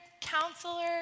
counselor